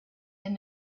and